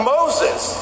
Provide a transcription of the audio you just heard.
Moses